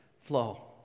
flow